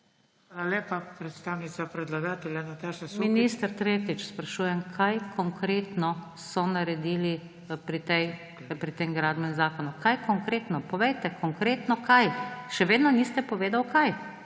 Minister, tretjič sprašujem, kaj konkretno so naredili pri tem Gradbenem zakonu. Kaj konkretno? Povejte, konkretno kaj. Še vedno niste povedali, kaj.